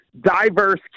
diverse